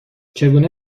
چگونه